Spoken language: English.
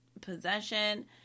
possession